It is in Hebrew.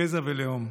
גזע ולאום.